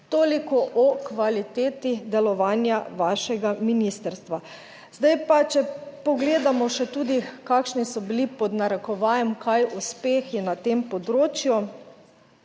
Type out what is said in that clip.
Toliko o kvaliteti delovanja vašega ministrstva. Zdaj pa, če pogledamo še tudi kakšni so bili, pod narekovajem kaj uspehi na tem področju.